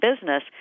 business